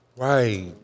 Right